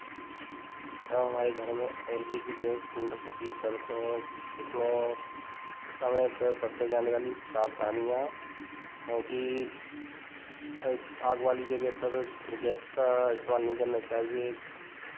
अब हमारे घर में L P G gas cylinder का उपयोग करते हैं इसमें समय पे बरते जाने वाली सावधानियाँ हैं कि आग वाली जगह पर गैस का इस्तेमाल नहीं करना चाहिए